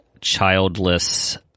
childless